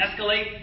escalate